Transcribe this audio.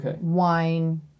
wine